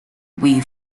with